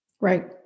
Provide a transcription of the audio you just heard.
Right